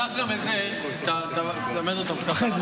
תיקח גם את זה, תלמד אותם אחר כך.